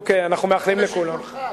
זה לשיקולך.